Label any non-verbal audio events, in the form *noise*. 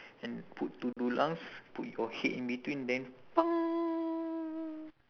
and put two dulangs put your head in between then *noise*